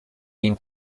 been